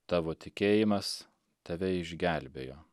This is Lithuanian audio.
tavo tikėjimas tave išgelbėjo